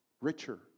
richer